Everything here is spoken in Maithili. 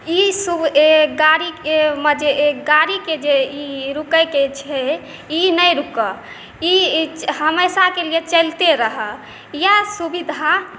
ईसब गाड़ीमे जे गाड़ीके जे ई रुकैके छै ई नहि रुकै ई हमेशाके लिए चलिते रहै इएह सुविधा